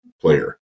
player